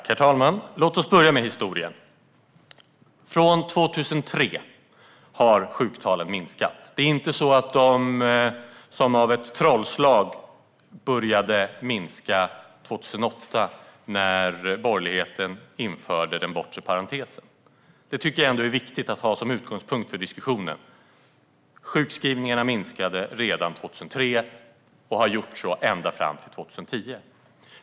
Herr talman! Låt oss börja med historien. Från 2003 har sjuktalen minskat. Det är inte så att de som av ett trollslag började minska 2008 när borgerligheten införde den bortre parentesen. Det är viktigt att ha som utgångspunkt för diskussionen. Sjukskrivningarna minskade redan 2003 och har gjort så ända fram till 2010.